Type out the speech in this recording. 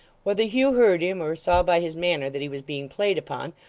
whether hugh heard him, or saw by his manner that he was being played upon,